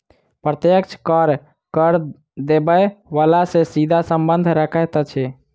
प्रत्यक्ष कर, कर देबय बला सॅ सीधा संबंध रखैत अछि